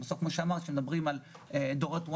למשל כמו שאמרת קודם לגבי הדור החדש,